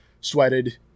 sweated